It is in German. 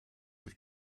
mit